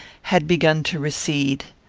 had begun to recede.